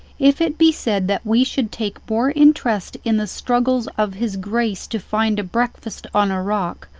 if it be said that we should take more interest in the struggles of his grace to find a breakfast on a rock,